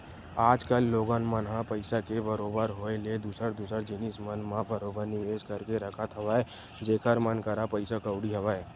आज कल लोगन मन ह पइसा के बरोबर होय ले दूसर दूसर जिनिस मन म बरोबर निवेस करके रखत हवय जेखर मन करा पइसा कउड़ी हवय